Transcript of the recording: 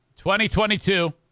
2022